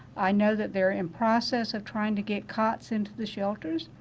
i know that they are in process of trying to get cox into the shelters.